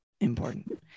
important